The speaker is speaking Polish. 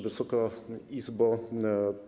Wysoka Izbo!